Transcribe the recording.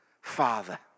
father